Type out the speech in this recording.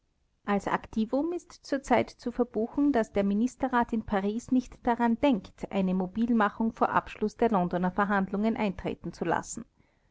als aktivum ist zurzeit zu verbuchen daß der ministerrat in paris nicht daran denkt eine mobilmachung vor abschluß der londoner verhandlungen eintreten zu lassen